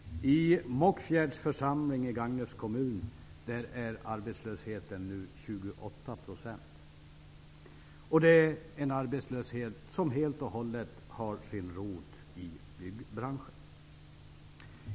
I Mockfjärds församling i Gagnefs kommun är arbetslösheten nu 28 %. Det är en arbetslöshet som helt och hållet har sin rot i byggbranschen.